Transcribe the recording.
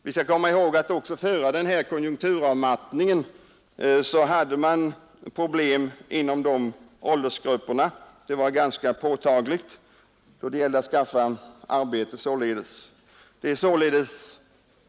Vi skall komma ihåg att man inom dessa åldersgrupper hade påtagliga problem att skaffa arbete redan före denna konjunkturavmattning.